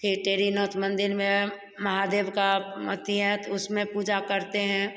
फिर टेरीनाथ मंदिर में महादेव का अथि है तो उसमें पूजा करते हैं